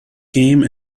game